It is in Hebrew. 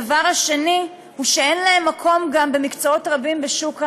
הדבר השני הוא שאין להן מקום במקצועות רבים בשוק העבודה,